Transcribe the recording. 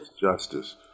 justice